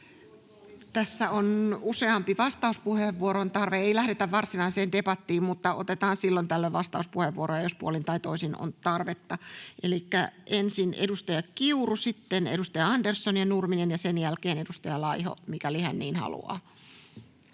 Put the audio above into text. Tässä on useampi vastauspuheenvuoron tarve. Ei lähdetä varsinaiseen debattiin, mutta otetaan silloin tällöin vastauspuheenvuoroja, jos puolin tai toisin on tarvetta. Elikkä ensin edustaja Kiuru, sitten edustaja Andersson, edustaja Nurminen ja sen jälkeen edustaja Laiho, mikäli hän niin haluaa.